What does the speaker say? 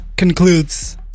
Concludes